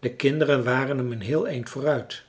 de kinderen waren hem een heel eind vooruit